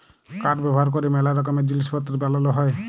কাঠ ব্যাভার ক্যরে ম্যালা রকমের জিলিস পত্তর বালাল হ্যয়